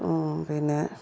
പിന്നെ